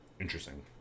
Interesting